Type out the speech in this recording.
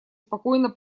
спокойно